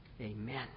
Amen